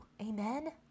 Amen